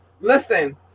Listen